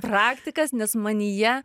praktikas nes manyje